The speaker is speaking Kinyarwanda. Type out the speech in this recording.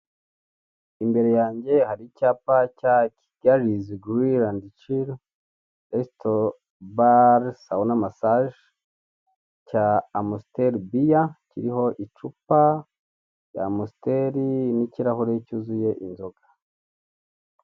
Imbere yange hari icyapa cya Kigalizi giriri andi ciri, resito bare sawuna masaje cya Amusiteri biya kiriho icupa rya Amusiteri n'ikirahure cyuzuye inzoga.